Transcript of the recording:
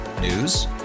News